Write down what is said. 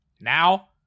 now